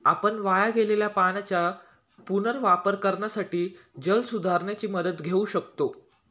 आपण वाया गेलेल्या पाण्याचा पुनर्वापर करण्यासाठी जलसुधारणेची मदत घेऊ शकतो